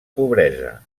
pobresa